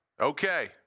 Okay